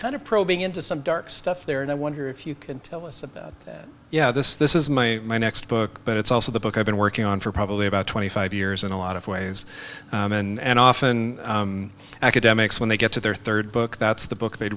kind of probing into some dark stuff there and i wonder if you can tell us about yeah this this is my my next book but it's also the book i've been working on for probably about twenty five years in a lot of ways and often academics when they get to their third book that's the book they